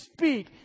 speak